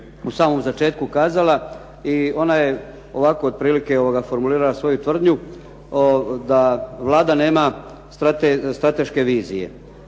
u samom začetku kazala. I ona je ovako otprilike formulirala svoju tvrdnju, da Vlada nema strateške vizije.